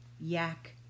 yak